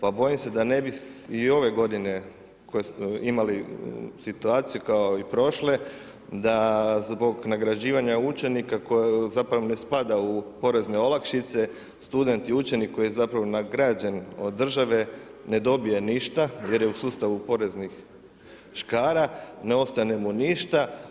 Pa bojim se da ne bi ove godine imali situaciju kao i prošle da zbog nagrađivanja učenika koje zapravo ne spada u porezne olakšice student i učenik koji je zapravo nagrađen od države ne dobije ništa jer je u sustavu poreznih škara, ne ostane mu ništa.